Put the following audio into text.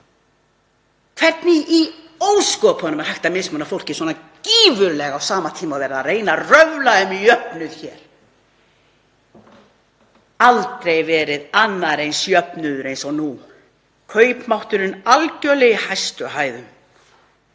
Hvernig í ósköpunum er hægt að mismuna fólki svona gífurlega á sama tíma og verið er að reyna að röfla um jöfnuð hér? Aldrei verið annar eins jöfnuður og nú, kaupmátturinn algerlega í hæstu hæðum